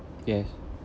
yes